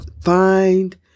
find